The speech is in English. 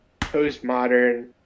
postmodern